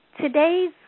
Today's